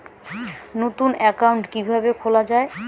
নতুন একাউন্ট কিভাবে খোলা য়ায়?